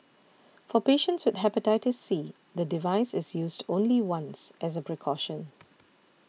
for patients with Hepatitis C the device is used only once as a precaution